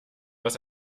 was